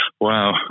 Wow